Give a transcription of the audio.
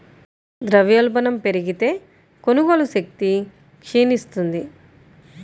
ద్రవ్యోల్బణం పెరిగితే, కొనుగోలు శక్తి క్షీణిస్తుంది